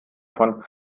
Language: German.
von